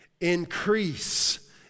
Increase